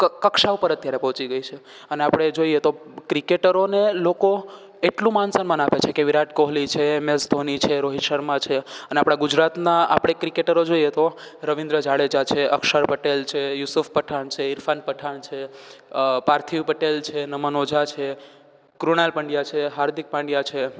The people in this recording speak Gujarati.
કક્ષા ઉપર અત્યારે પહોંચી ગઈ છે અને આપણે જોઈએ તો ક્રિકેટરોને લોકો એટલું માન સન્માન આપે છે કે વિરાટ કોહલી છે એમએસ ધોની છે રોહિત શર્મા છે અને આપણા ગુજરાતના આપણે ક્રિકેટરો જોઈએ તો રવિન્દ્ર જાડેજા છે અક્ષર પટેલ છે યૂસુફ પઠાણ છે ઇરફાન પઠાણ છે પાર્થિવ પટેલ છે નમન ઓઝા છે કૃણાલ પંડ્યા છે હાર્દિક પંડ્યા છે